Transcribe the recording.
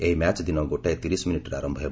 ଏହି ମ୍ୟାଚ୍ ଦିନ ଗୋଟାଏ ତିରିଶ ମିନିଟ୍ରେ ଆରମ୍ଭ ହେବ